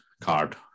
card